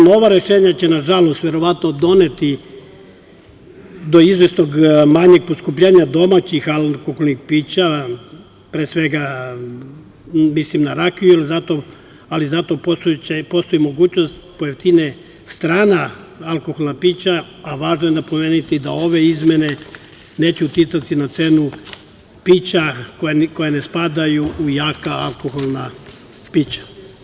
Ova nova rešenja će, nažalost, verovatno doneti do izvesnog manjeg poskupljenja domaćih alkoholnih pića, pre svega mislim na rakiju, ali zato postoji mogućnost da pojeftine strana alkoholna pića, a važno je napomenuti da ove izmene neće uticati na cenu pića koja ne spadaju u jaka alkoholna pića.